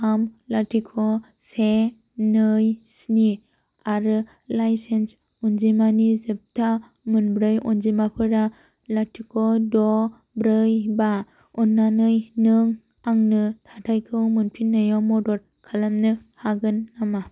थाम लाथिख' से नै स्नि आरो लाइसेन्स अनजिमानि जोबथा मोनब्रै अनजिमाफोरा लाथिख' द' ब्रै बा अन्नानै नों आंनो थाथायखौ मोनफिननायाव मदद खालामनो हागोन नामा